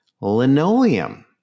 Linoleum